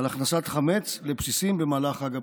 הכנסת חמץ לבסיסים במהלך חג הפסח,